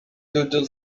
doodle